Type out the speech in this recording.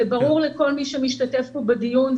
ברור לכל מי שמשתתף כאן בדיון,